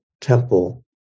temple